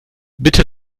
bitte